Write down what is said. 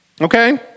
Okay